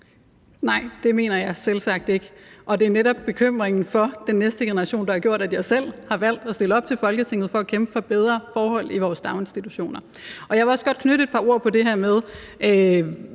Nej, det mener jeg selvsagt ikke. Det er netop bekymringen for den næste generation, der har gjort, at jeg selv har valgt at stille op til Folketinget og kæmpe for bedre forhold i vores daginstitutioner. Jeg vil også godt knytte et par ord til det her med,